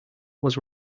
was